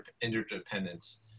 interdependence